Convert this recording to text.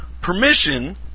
permission